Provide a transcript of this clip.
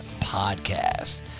podcast